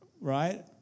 right